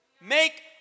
make